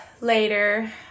later